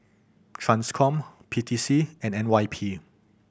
Transcom P T C and N Y P